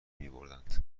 میبردند